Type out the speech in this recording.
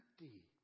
empty